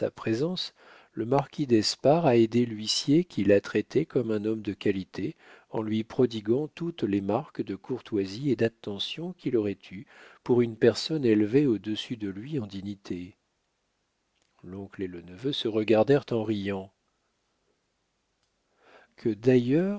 présence le marquis d'espard a aidé l'huissier qu'il a traité comme un homme de qualité en lui prodiguant toute les marques de courtoisie et d'attention qu'il aurait eues pour une personne élevée au-dessus de lui en dignité l'oncle et le neveu se regardèrent en riant que d'ailleurs